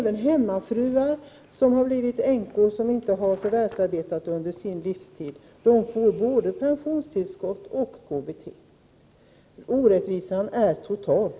Men hemmafruar, som inte har förvärvsarbetat under sin livstid, men har blivit änkor, får både pensionstillskott och KBT. Orättvisan är total.